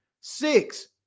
Six